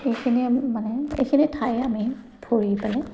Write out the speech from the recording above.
এইখিনি মানে এইখিনি ঠায়েই আমি ফুৰি পেলাই